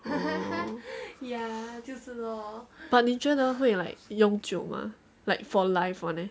but 你觉得会 like 永久吗 like for life [one] eh